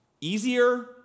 Easier